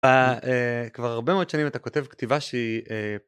כבר הרבה מאוד שנים אתה כותב כתיבה שהיא